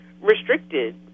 restricted